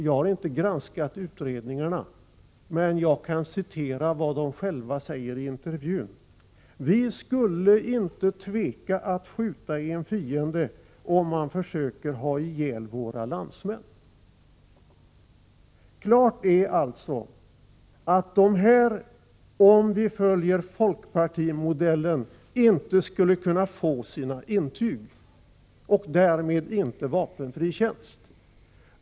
Jag har inte granskat utredningarna, men jag kan citera vad pojkarna själva säger i intervjun: ”Vi skulle inte tveka att skjuta en fiende om han försöker ha ihjäl våra landsmän.” Klart är alltså att de här båda, om vi följer folkpartimodellen, inte skulle kunna få sina intyg och därmed inte vapenfri tjänst.